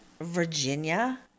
Virginia